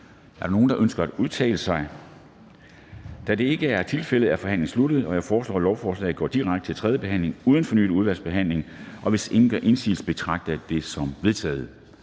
Er der nogen, der ønsker at udtale sig? Da det ikke er tilfældet, er forhandlingen sluttet. Jeg foreslår, at lovforslaget går direkte til tredje behandling uden fornyet udvalgsbehandling. Hvis ingen gør indsigelse, betragter jeg dette som vedtaget.